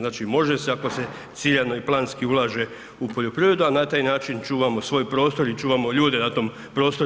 Znači može se ako se ciljano i planski ulaže u poljoprivredu, a na taj način čuvamo svoj prostor i čuvamo ljude na tom prostoru.